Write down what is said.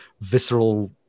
visceral